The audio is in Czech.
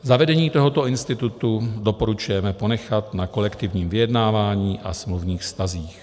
Zavedení tohoto institutu doporučujeme ponechat na kolektivním vyjednávání a smluvních vztazích.